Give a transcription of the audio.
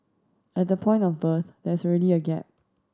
at the point of birth there is already a gap